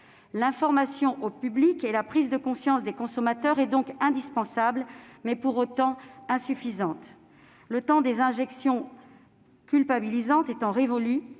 L'information du public et la prise de conscience des consommateurs sont donc indispensables, mais pour autant insuffisantes. Le temps des injonctions culpabilisantes étant révolu,